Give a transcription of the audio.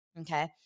Okay